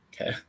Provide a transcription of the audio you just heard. Okay